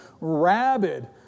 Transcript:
rabid